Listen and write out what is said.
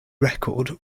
record